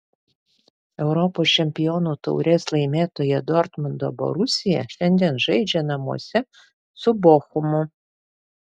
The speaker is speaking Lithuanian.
europos čempionų taurės laimėtoja dortmundo borusija šiandien žaidžia namuose su bochumu